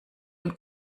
und